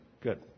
good